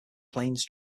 plains